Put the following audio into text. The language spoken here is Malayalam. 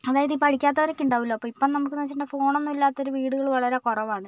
അതായത് ഈ പഠിക്കാത്തവരൊക്കെ ഉണ്ടാകുമല്ലോ അപ്പോൾ ഇപ്പം നമുക്കെന്ന് വെച്ചിട്ടുണ്ടെങ്കിൽ ഫോണൊന്നും ഇല്ലാത്തൊരു വീടുകള് വളരെ കുറവാണ്